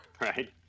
right